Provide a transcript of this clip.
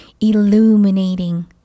illuminating